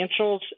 financials